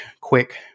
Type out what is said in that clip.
quick